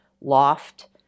loft